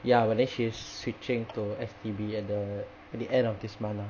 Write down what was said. ya but then she's switching to S_T_B at the at the end of this month lah